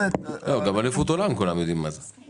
גם אליפות עולם כולם יודעים מה זה.